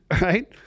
right